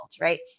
Right